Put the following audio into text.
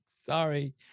sorry